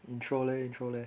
intro leh intro leh